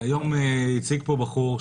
היום הציג פה בחור,